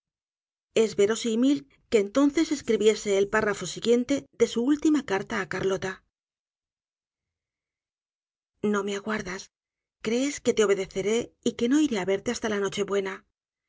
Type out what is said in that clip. ve rosímil que entonces escribiese el párrafo siguiente de su última carta á carlota no me aguardas crees que te obedeceré y que no iré á verte hasta la noche buena